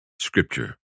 Scripture